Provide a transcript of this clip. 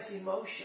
emotion